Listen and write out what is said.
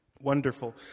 Wonderful